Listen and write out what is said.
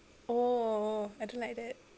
oh I don't like that